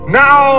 now